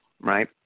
right